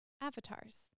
Avatars